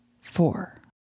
four